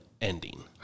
ending